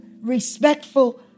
respectful